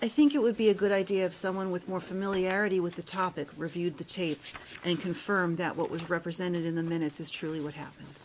i think it would be a good idea of someone with more familiarity with the topic reviewed the tape and confirm that what was represented in the minutes is truly what happened